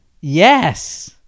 Yes